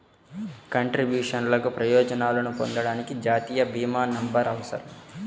కంట్రిబ్యూషన్లకు ప్రయోజనాలను పొందడానికి, జాతీయ భీమా నంబర్అవసరం